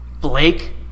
Blake